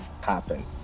happen